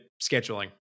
scheduling